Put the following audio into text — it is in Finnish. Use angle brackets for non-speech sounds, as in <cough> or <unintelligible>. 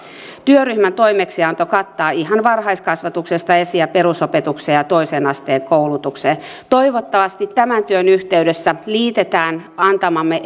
työryhmän toimeksianto yltää ihan varhaiskasvatuksesta esi ja perusopetukseen ja toisen asteen koulutukseen toivottavasti tämän työn yhteydessä liitetään antamamme <unintelligible>